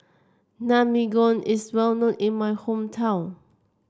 Naengmyeon is well known in my hometown